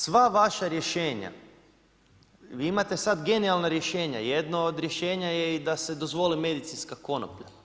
Sva vaša rješenja, vi imate sad genijalna rješenja, jedno od rješenja je i da se dozvoli medicinska konoplja.